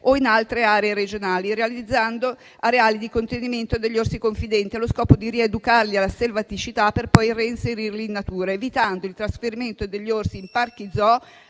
ciò dovrebbe avvenire realizzando aree di contenimento degli orsi confidenti allo scopo di rieducarli alla selvaticità per poi reinserirli in natura, evitando il trasferimento degli orsi in parchi zoo,